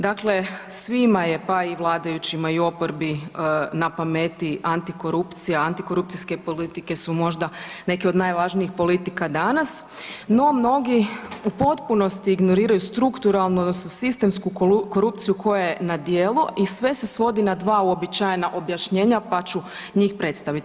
Dakle, svima je pa i vladajućima i oporbi na pameti antikorupcija, antikorupcijske politike su možda neke od najvažnijih politika danas no mnogi u potpunosti ignoriraju strukturalno da su sistemsku korupciju koja je na djelu i sve se svodi na dva uobičajena objašnjenja pa ću njih predstaviti.